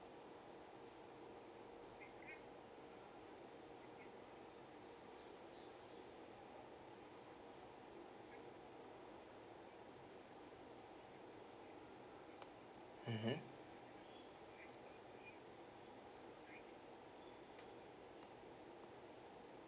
mmhmm